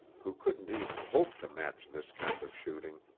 who couldn't even hope to match this kind of shooting,